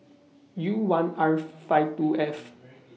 U one R five two F